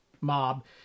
mob